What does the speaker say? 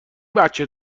بچه